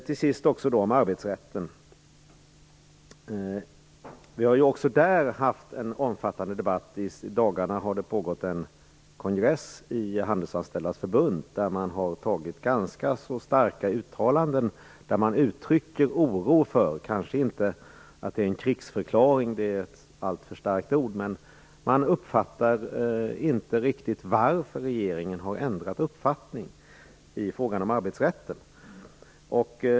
Till sist har vi ju också haft en mycket omfattande debatt om arbetsrätten. I dagarna har Handelsanställdas förbund hållit en kongress där man har gjort ganska starka uttalanden där det uttrycks en oro. Det är kanske inte någon krigsförklaring - det är ett alltför starkt ord - men man förstår inte riktigt varför regeringen har ändrat uppfattning ifråga om arbetsrätten.